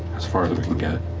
as far as we can get.